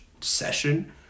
session